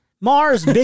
Mars